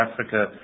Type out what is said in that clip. Africa